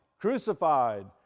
crucified